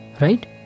Right